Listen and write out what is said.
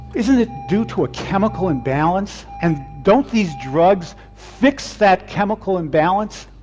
isn't it due to a chemical imbalance and don't these drugs fix that chemical imbalance?